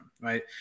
right